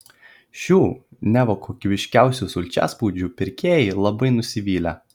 šių neva kokybiškiausių sulčiaspaudžių pirkėjai labai nusivylę